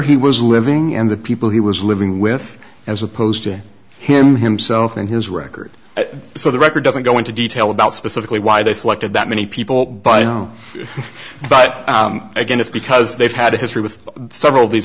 he was living and the people he was living with as opposed to him himself and his record so the record doesn't go into detail about specifically why they selected that many people but you know but again it's because they've had a history with several of these